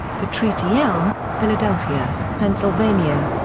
the treaty elm, philadelphia, pennsylvania.